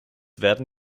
werden